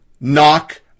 knock